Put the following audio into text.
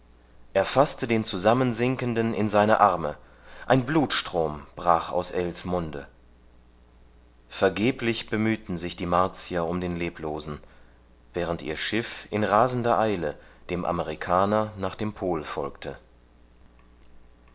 er faßte den zusammensinkenden in seine arme ein blutstrom brach aus ells munde vergeblich bemühten sich die martier um den leblosen während ihr schiff in rasender eile dem amerikaner nach dem pol folgte